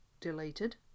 deleted